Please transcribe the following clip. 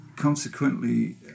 Consequently